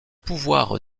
pouvoir